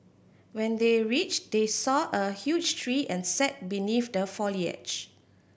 when they reached they saw a huge tree and sat beneath the foliage